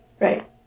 right